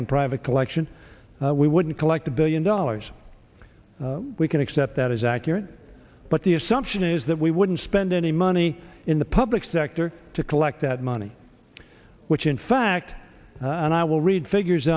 on private collection we wouldn't collect a billion dollars we can accept that is accurate but the assumption is that we wouldn't spend any money in the public sector to collect that money which in fact and i will read figures